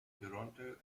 toronto